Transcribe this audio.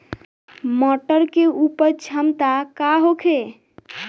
मटर के उपज क्षमता का होखे?